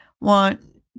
want